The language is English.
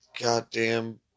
goddamn